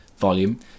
Volume